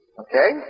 Okay